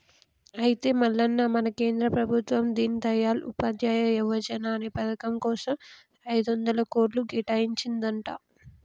అయితే మల్లన్న మన కేంద్ర ప్రభుత్వం దీన్ దయాల్ ఉపాధ్యాయ యువజన అనే పథకం కోసం ఐదొందల కోట్లు కేటాయించిందంట